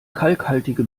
kalkhaltige